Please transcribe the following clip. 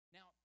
Now